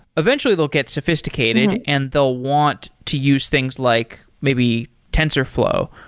eventually they'll get sophisticated and they'll want to use things like, maybe tensorflow,